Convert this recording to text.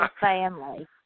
family